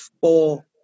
four